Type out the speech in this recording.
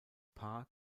paar